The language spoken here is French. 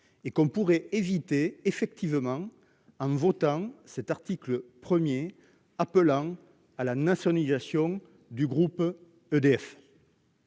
et qu'on pourrait éviter effectivement. En votant cet article 1er appelant à la nationalisation du groupe EDF.